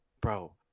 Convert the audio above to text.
Bro